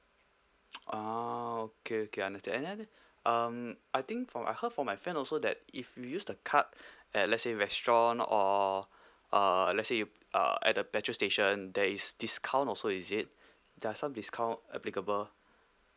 ah okay okay understand and then um I think from I heard from my friend also that if you use the card at let's say restaurant or uh let's say you uh at the petrol station there is discount also is it there're some discount applicable